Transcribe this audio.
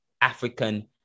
African